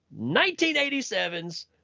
1987's